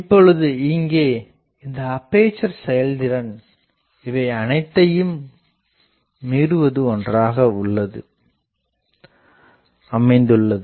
இப்பொழுது இங்கே இந்த அப்பேசர் செயல்திறன் இவை அனைத்தையும் மீறுவது ஒன்றாக அமைந்துள்ளது